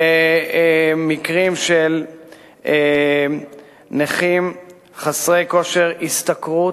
מקרים של נכים חסרי כושר השתכרות.